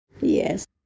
Yes